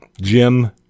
Jim